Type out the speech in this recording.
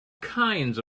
kinds